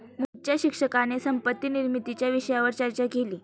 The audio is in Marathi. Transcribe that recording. मोहितच्या शिक्षकाने संपत्ती निर्मितीच्या विषयावर चर्चा केली